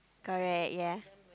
correct yea